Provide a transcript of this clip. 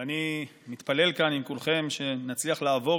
ואני מתפלל כאן עם כולכם שנצליח לעבור